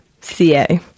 .ca